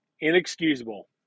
Inexcusable